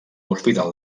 hospital